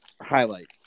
highlights